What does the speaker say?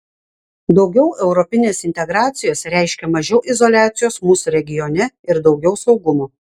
daugiau europinės integracijos reiškia mažiau izoliacijos mūsų regione ir daugiau saugumo